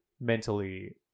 mentally